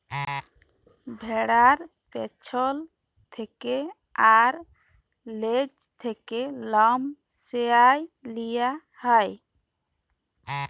ভ্যাড়ার পেছল থ্যাকে আর লেজ থ্যাকে লম সরাঁয় লিয়া হ্যয়